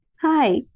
Hi